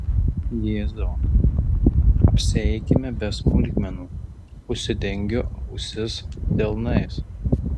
jėzau apsieikime be smulkmenų užsidengiu ausis delnais